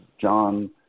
John